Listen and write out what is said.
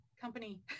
company